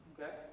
Okay